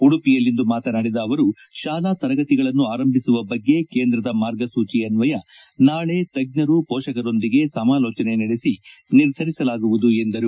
ಉಡುಪಿಯಲ್ಲಿಂದು ಮಾತನಾಡಿದ ಅವರು ಶಾಲಾ ತರಗತಿಗಳನ್ನು ಆರಂಭಿಸುವ ಬಗ್ಗೆ ಕೇಂದ್ರದ ಮಾರ್ಗಸೂಚಿ ಅನ್ವಯ ನಾಳೆ ತಜ್ಞರು ಮೋಷಕರೊಂದಿಗೆ ಸಮಾಲೋಚನೆ ನಡೆಸಿ ನಿರ್ಧರಿಸಲಾಗುವುದು ಎಂದರು